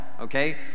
okay